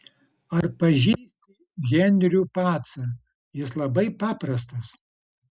ar pažįsti henrių pacą jis labai paprastas